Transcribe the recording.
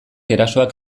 erasoak